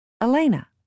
Elena